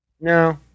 No